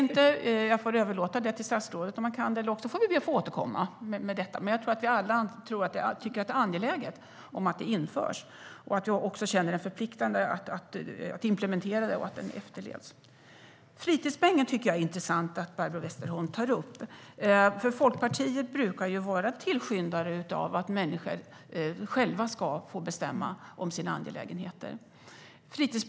Jag överlåter det till statsrådet, om han kan svara på det. Annars får vi be att få återkomma om detta. Men jag tror att alla tycker att det är angeläget att den införs och att vi känner ett förpliktande att den implementeras och efterlevs. Det är intressant att Barbro Westerholm tar upp fritidspengen. Liberalerna brukar vara tillskyndare av att människor ska få bestämma över sina angelägenheter själva.